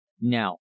now